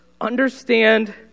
understand